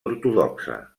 ortodoxa